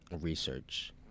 research